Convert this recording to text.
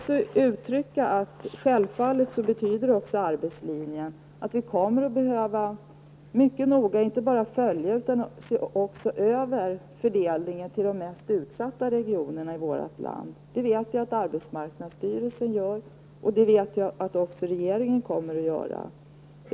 Självfallet betyder också arbetslinjen att vi kommer att behöva inte bara noga följa utvecklingen utan också se över fördelningen till de mest utsatta regionerna i vårt land. Det vet jag att AMS gör, och det vet jag att också regeringen kommer att göra.